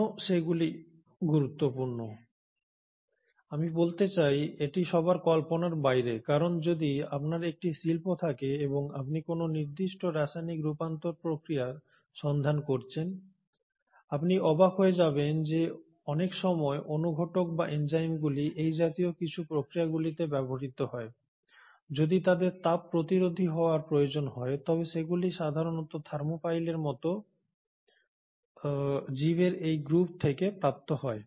কেন সেগুলি গুরুত্বপূর্ণ আমি বলতে চাই এটি সবার কল্পনার বাইরে কারণ যদি আপনার একটি শিল্প থাকে এবং আপনি কোন নির্দিষ্ট রাসায়নিক রূপান্তর প্রক্রিয়ার সন্ধান করছেন আপনি অবাক হয়ে যাবেন যে অনেকসময় অনুঘটক বা এনজাইমগুলি এই জাতীয় কিছু প্রক্রিয়াগুলিতে ব্যবহৃত হয় যদি তাদের তাপ প্রতিরোধী হওয়ার প্রয়োজন তবে সেগুলি সাধারণত থার্মোফাইলের মতো জীবের এই গ্রুপ থেকে প্রাপ্ত হয়